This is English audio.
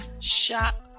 shop